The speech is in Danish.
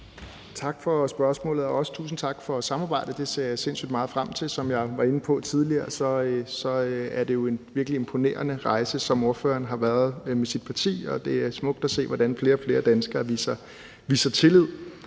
Tak for spørgsmålet, og også tusind tak for samarbejdet. Det ser jeg sindssygt meget frem til. Som jeg var inde på tidligere, er det jo en virkelig imponerende rejse, som ordføreren har været på med sit parti, og det er smukt at se, hvordan flere og flere danskere viser tillid.